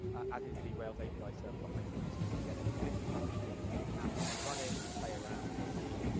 as is the rails api server behind it, so you can get a completely functioning app up and running, and play around and see,